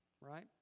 right